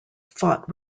fought